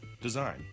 design